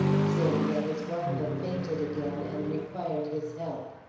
saying that his wife had fainted again and required his help.